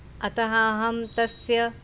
अतः अहं तस्य